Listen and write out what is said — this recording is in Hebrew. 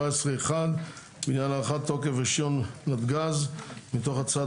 למעט סעיף 17(1) (בעניין הארכת תוקף רישיון נתג"ז) מתוך הצעת